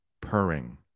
purring